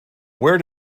where